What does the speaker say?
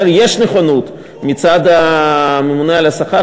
יש נכונות מצד הממונה על השכר,